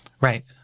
Right